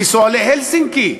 לנסוע להלסינקי,